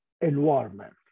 environment